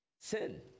Sin